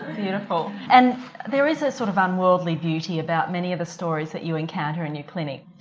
beautiful. and there is a sort of unworldly beauty about many of the stories that you encounter in your clinic.